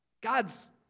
God's